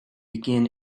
begin